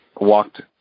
walked